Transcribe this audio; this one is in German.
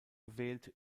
gewählt